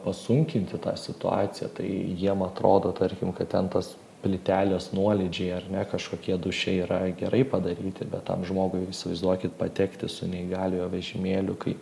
pasunkinti tą situaciją tai jiem atrodo tarkim kad ten tas plytelės nuolydžiai ar ne kažkokie duše yra gerai padaryti bet tam žmogui įsivaizduokit patekti su neįgaliojo vežimėliu kai